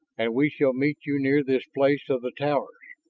and we shall meet you near this place of the towers.